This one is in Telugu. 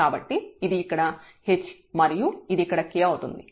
కాబట్టి ఇది ఇక్కడ h మరియు ఇది ఇక్కడ k అవుతుంది